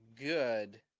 good